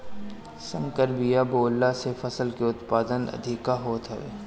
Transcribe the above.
संकर बिया बोअला से फसल के उत्पादन अधिका होत हवे